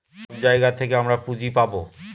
সব জায়গা থেকে আমরা পুঁজি পাবো